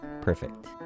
perfect